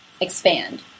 expand